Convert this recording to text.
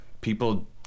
people